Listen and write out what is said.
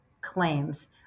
claims